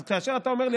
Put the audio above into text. אז כאשר אתה אומר לי,